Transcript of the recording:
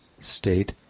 state